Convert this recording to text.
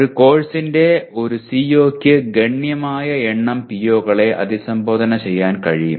ഒരു കോഴ്സിന്റെ ഒരു CO യ്ക്ക് ഗണ്യമായ എണ്ണം PO കളെ അഭിസംബോധന ചെയ്യാൻ കഴിയും